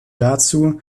dazu